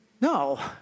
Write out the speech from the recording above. No